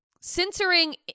censoring